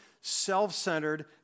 self-centered